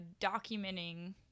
documenting